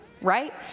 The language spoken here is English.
right